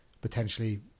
potentially